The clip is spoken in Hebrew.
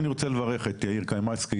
אני רוצה לברך את יאיר קמייסקי,